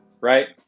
Right